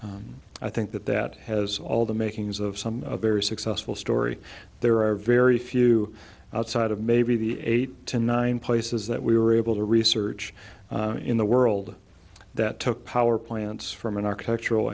i think that that has all the makings of some very successful story there are very few outside of maybe the eight to nine places that we were able to research in the world that took power plants from an architectural